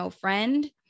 friend